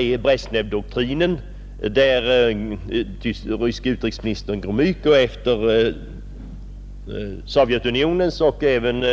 Ett annat skäl är att den ryske utrikesministern Gromyko, efter Sovjetunionens och även